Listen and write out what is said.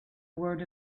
word